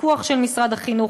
לפיקוח של משרד החינוך.